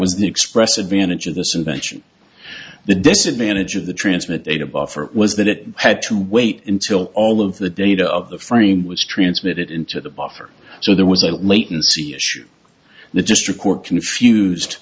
was the express advantage of this invention the disadvantage of the transmit data buffer was that it had to wait until all of the data of the frame was transmitted into the buffer so there was a latent c issue the just record confused